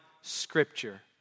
scripture